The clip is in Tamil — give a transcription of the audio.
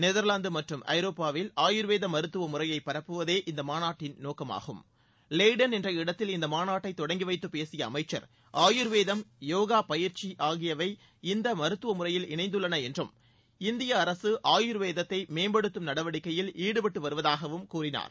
நெதர்லாந்து மற்றும் ஐரோப்பாவில் ஆயுர்வேத மருத்துவமுறையை பரப்புவதே இந்த மாநாட்டின் நோக்கமாகும் லெய்டன் என்ற இடத்தின் இந்த மாநாட்டை தொடங்கி வைத்து பேசிய அமைச்ச் ஆயுர்வேதம் யோகப்பயிற்சி ஆகியவை இந்த மருத்துவ முறையில் இணைந்துள்ளன என்றும் இந்திய அரசு ஆயுர்வேதத்தை மேம்படுத்தும் நடைவடிக்கையில் ஈடுபடுத்திவருவதாகவும் கூறினார்